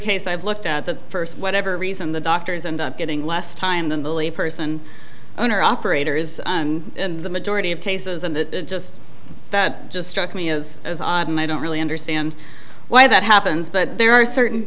case i've looked at the first whatever reason the doctors end up getting less time than the lay person owner operator is in the majority of cases and that just that just struck me as as odd and i don't really understand why that happens but there are certain